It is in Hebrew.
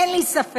אין לי ספק